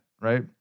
right